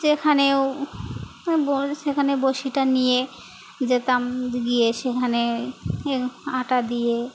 যেখানেও সেখানে বড়শিটা নিয়ে যেতাম গিয়ে সেখানে এ আটা দিয়ে